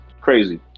Crazy